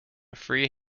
free